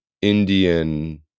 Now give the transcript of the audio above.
Indian